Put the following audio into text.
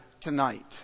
tonight